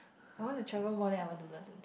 I want to travel more than I want to learn to